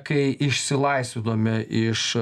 kai išsilaisvinome iš